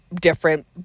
different